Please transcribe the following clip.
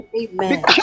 Amen